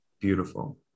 Beautiful